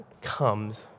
comes